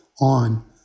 on